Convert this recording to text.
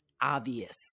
obvious